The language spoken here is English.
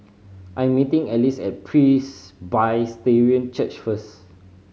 I'm meeting Alyce at Presbyterian Church first